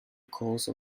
course